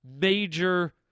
major